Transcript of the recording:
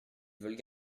veulent